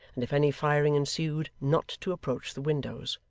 and, if any firing ensued, not to approach the windows.